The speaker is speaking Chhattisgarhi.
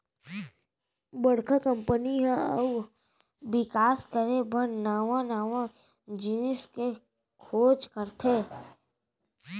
बड़का कंपनी ह अउ बिकास करे बर नवा नवा जिनिस के खोज करथे